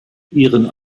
ihren